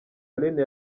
aline